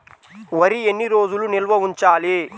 వరి ఎన్ని రోజులు నిల్వ ఉంచాలి?